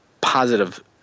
positive